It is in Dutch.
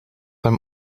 hem